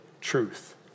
truth